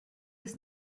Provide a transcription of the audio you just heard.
ist